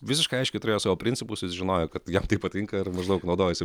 visiškai aiškiai turėjo savo principus jis žinojo kad jam tai patinka ir maždaug naudojasi